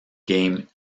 game